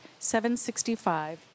765